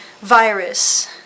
virus